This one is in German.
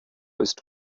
ist